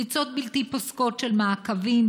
ריצות בלתי פוסקות של מעקבים,